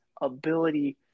ability